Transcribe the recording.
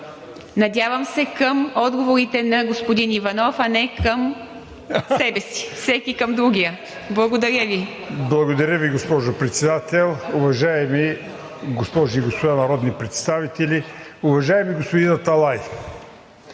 Надявам се към отговорите на господин Иванов, а не към себе си. Всеки към другия. Благодаря Ви. ИВАН ИВАНОВ: Благодаря Ви, госпожо Председател. Уважаеми госпожи и господа народни представители! Уважаеми господин Аталай,